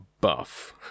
buff